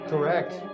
Correct